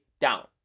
down